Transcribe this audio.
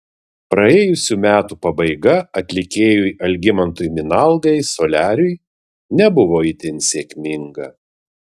praėjusių metų pabaiga atlikėjui algimantui minalgai soliariui nebuvo itin sėkminga